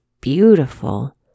beautiful